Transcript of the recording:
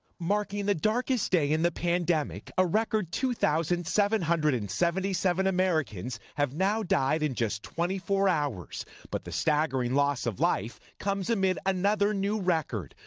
marking the darkest day in the pandemic, a record two thousand seven hundred and seventy seven americans have now died in just twenty four hours. but the staggering loss of life comes amid another new record,